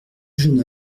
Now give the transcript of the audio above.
jeune